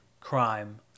crime